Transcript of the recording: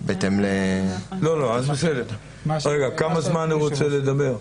רגע, כמה זמן הוא רוצה לדבר?